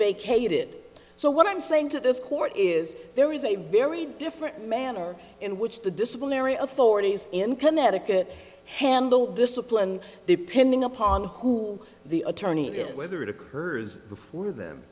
vacated so what i'm saying to this court is there is a very different manner in which the disciplinary authorities in connecticut handle discipline depending upon who the attorney is whether it occurs before them